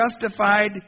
justified